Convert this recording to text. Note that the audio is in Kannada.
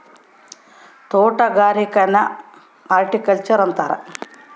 ತೊಟಗಾರಿಕೆನ ಹಾರ್ಟಿಕಲ್ಚರ್ ಅಂತಾರ